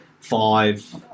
five